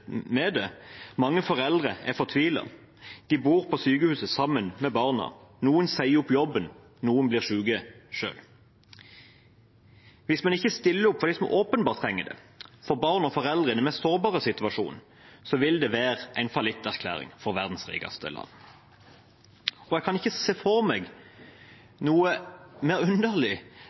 det. Mange foreldre er fortvilet. De bor på sykehuset sammen med barna. Noen sier opp jobben, noen blir syke selv. Hvis man ikke stiller opp for dem som åpenbart trenger det, for barn og foreldre i den mest sårbare situasjonen, vil det være en fallitterklæring for verdens rikeste land. Jeg kan ikke se for meg noe mer underlig